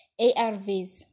ARVs